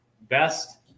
best